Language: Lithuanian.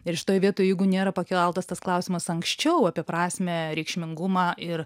ir šitoj vietoj jeigu nėra pakeltas tas klausimas anksčiau apie prasmę reikšmingumą ir